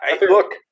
Look